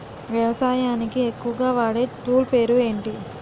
వ్యవసాయానికి ఎక్కువుగా వాడే టూల్ పేరు ఏంటి?